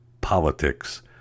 politics